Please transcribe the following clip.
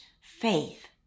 faith